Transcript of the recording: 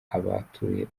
abatuye